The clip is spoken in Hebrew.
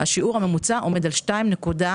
השיעור הממוצע עומד על 2.216%,